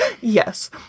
Yes